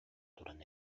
туран